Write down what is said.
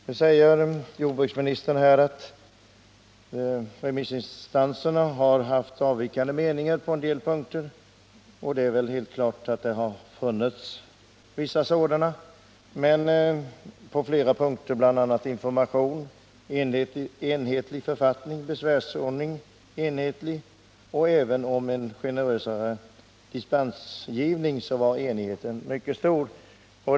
Nu säger jordbruksministern att ett antal remissinstanser har haft avvikande meningar på en del punkter, och det är väl helt klart att det finns vissa sådana, men på flera punkter, bl.a. i fråga om information, enhetlig författning, enhetlig besvärsordning och en generösare dispensgivning, var enigheten mycket stor inom utredningen.